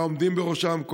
והעומדים בראשם,